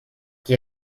die